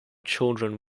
children